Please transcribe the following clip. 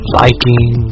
liking